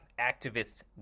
activists